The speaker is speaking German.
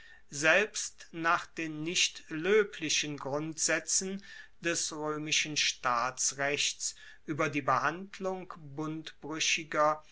selbst nach den nicht loeblichen grundsaetzen des roemischen staatsrechts ueber die behandlung